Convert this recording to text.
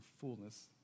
fullness